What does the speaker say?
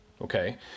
okay